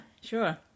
sure